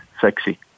sexy